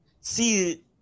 see